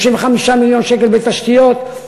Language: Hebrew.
35 מיליון שקל בתשתיות,